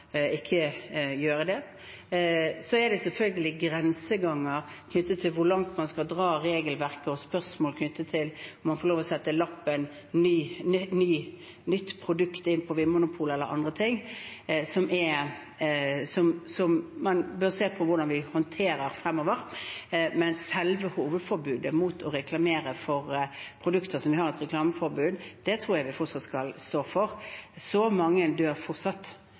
gjøre det. Det er selvfølgelig grenseganger knyttet til hvor langt man skal dra regelverket, og spørsmål knyttet til om man får lov til å skrive «nytt produkt» på Vinmonopolet e.l., som man fremover bør se på hvordan man håndterer. Men selve hovedforbudet mot å reklamere for produkter som har et reklameforbud, det tror jeg vi fortsatt skal stå for – for mange dør fortsatt